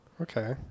Okay